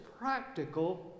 practical